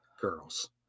girls